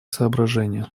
соображения